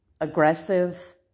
aggressive